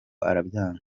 arabyanga